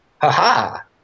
Ha-ha